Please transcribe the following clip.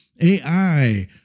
AI